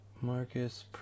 Marcus